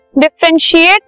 Differentiate